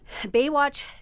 Baywatch